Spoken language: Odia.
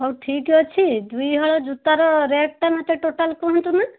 ହଉ ଠିକ୍ ଅଛି ଦୁଇ ହଳ ଜୋତାର ରେଟଟା ମୋତେ ଟୋଟାଲ୍ କୁହନ୍ତୁ ନା